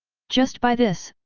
just by this,